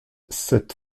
cette